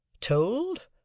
told